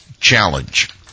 challenge